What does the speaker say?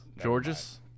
Georges